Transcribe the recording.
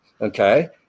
Okay